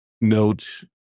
note